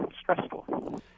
stressful